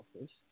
office